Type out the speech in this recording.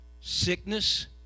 sickness